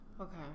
Okay